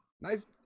Nice